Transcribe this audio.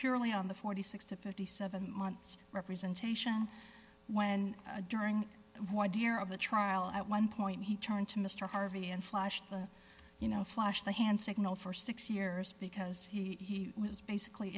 purely on the forty six to fifty seven months representation when during why dear of the trial at one point he turned to mr harvey and flashed a you know flush the hand signal for six years because he was basically